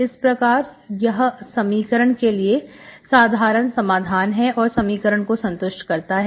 इस प्रकार यह समीकरण के लिए साधारण समाधान है और समीकरण को संतुष्ट करता है